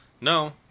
No